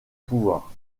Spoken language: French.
pouvoir